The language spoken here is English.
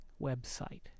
website